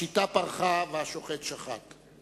השיטה פרחה והשוחט שחט".